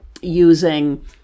using